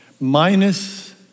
minus